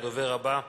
הדובר הבא,